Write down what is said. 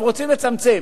עכשיו רוצים לצמצם.